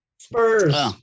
Spurs